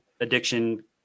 addiction